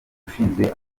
ushinzwe